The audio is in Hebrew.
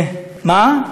מה?